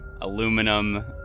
aluminum